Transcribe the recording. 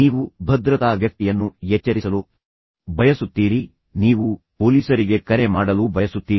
ನೀವು ಭದ್ರತಾ ವ್ಯಕ್ತಿಯನ್ನು ಎಚ್ಚರಿಸಲು ಬಯಸುತ್ತೀರಿ ನೀವು ಪೊಲೀಸರಿಗೆ ಕರೆ ಮಾಡಲು ಬಯಸುತ್ತೀರಿ